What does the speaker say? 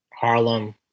Harlem